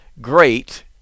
great